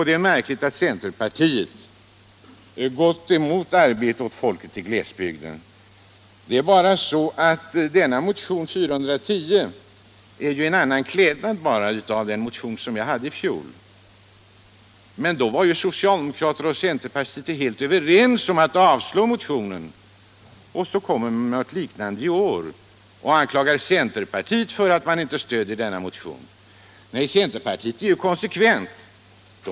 ”Det är märkligt att centerpartiet nu gått emot arbetet åt folket i glesbygden.” Innehållet i motionen 410 är egentligen detsamma som i den motion jag hade i fjol, bara med en annan klädnad. Då var socialdemokrater och centerpartister helt överens om att avslå min motion — och så kommer nu socialdemokraterna med något liknande i år och anklagar centerpartiet för att inte vilja stödja deras motion. Men centerpartisterna är ju konsekventa och handlar på samma sätt som i fjol.